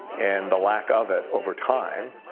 and the lack of it over time